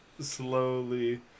slowly